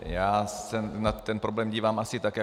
Já se na ten problém dívám asi tak.